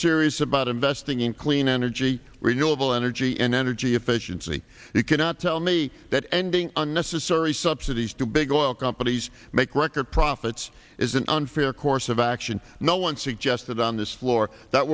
serious about investing in clean energy renewable energy and energy efficiency you cannot tell me that ending unnecessary subsidies to big oil companies make record profits is an unfair course of action no one suggested on this floor that